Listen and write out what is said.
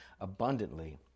abundantly